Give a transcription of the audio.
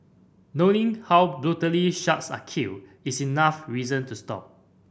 knowing how brutally sharks are killed is enough reason to stop